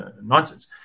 nonsense